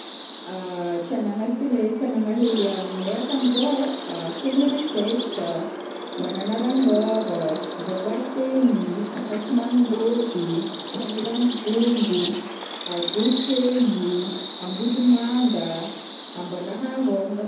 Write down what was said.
tanagna sy leha tanagna hely aminay akagn zao ai: Fenerive-Est, Mananara Nord, Vavategnigny, Ampasimaningory, Soanieran'Ivongo, Vohipeno, Ambodimanga, Ambalaharongagna.